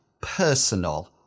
personal